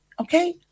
okay